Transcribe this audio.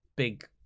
big